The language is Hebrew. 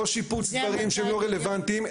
לא שיפוץ דברים שלא רלוונטיים,